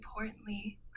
importantly